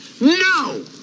no